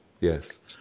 yes